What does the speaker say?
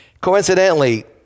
Coincidentally